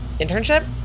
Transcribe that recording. internship